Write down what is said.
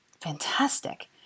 Fantastic